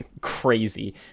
Crazy